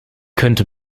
könnte